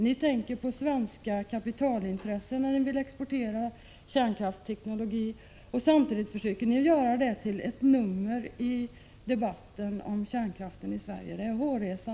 Ni tänker på svenska kapitalintressen när ni vill exportera kärnkraftsteknologi, och samtidigt försöker ni göra det till ett nummer i debatten om kärnkraften i Sverige. Det är hårresande.